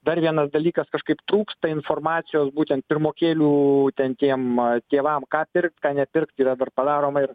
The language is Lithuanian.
dar vienas dalykas kažkaip trūksta informacijos būtent pirmokėlių ten tiem tėvam ką pirkt ką nepirkt yra ar padaroma ir